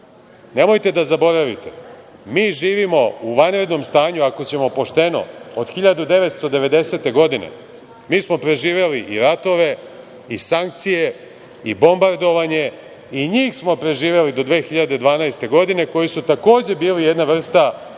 Nemojte da zaboravite da mi živimo u vanrednom stanju, ako ćemo pošteno, od 1990. godine. Mi smo preživeli i ratove i sankcije i bombardovanje. I njih smo preživeli do 2012. godine, koji su, takođe, bili jedna vrsta neformalnog